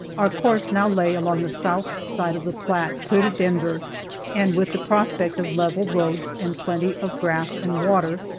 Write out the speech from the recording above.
our course now lay along the south side of the platte, clear to denver and with the prospect of level roads and plenty of grass and water,